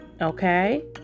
Okay